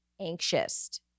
anxious